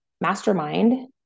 mastermind